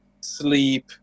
sleep